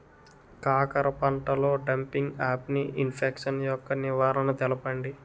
కాకర పంటలో డంపింగ్ఆఫ్ని ఇన్ఫెక్షన్ యెక్క నివారణలు తెలపండి?